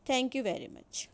thank you very much